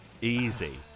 easy